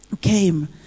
came